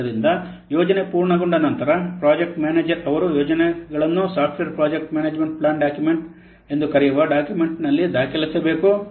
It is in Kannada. ಆದ್ದರಿಂದ ಯೋಜನೆ ಪೂರ್ಣಗೊಂಡ ನಂತರ ಪ್ರಾಜೆಕ್ಟ್ ಮ್ಯಾನೇಜರ್ ಅವರು ಯೋಜನೆಗಳನ್ನು software project management plan document ಎಂದು ಕರೆಯುವ ಡಾಕ್ಯುಮೆಂಟ್ನಲ್ಲಿ ದಾಖಲಿಸಬೇಕು